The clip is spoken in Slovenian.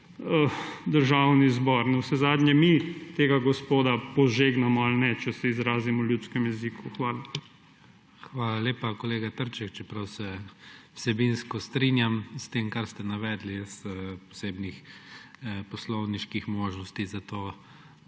Državni zbor. Navsezadnje mi tega gospoda požegnamo ali ne, če se izrazim v ljudskem jeziku. Hvala. PREDSEDNIK IGOR ZORČIČ: hvala lepa, kolega Trček. Čeprav se vsebinsko strinjam s tem, kar ste navedli, jaz posebnih poslovniških možnosti za to,